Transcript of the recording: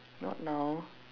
not now